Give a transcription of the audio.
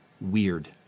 weird